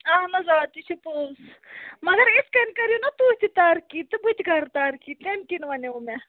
اَہن حظ آ تہِ چھِ پونٛسہٕ مگر اِتھ کٔنۍ کٔرِو نہَ تُہۍ تہِ ترقی تہٕ بہٕ تہِ کَرٕ ترقی تیمۍ کِنۍ وَنیو مےٚ